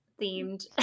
themed